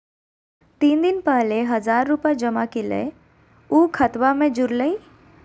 तीन दिन पहले हजार रूपा जमा कैलिये, ऊ खतबा में जुरले?